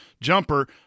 jumper